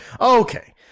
Okay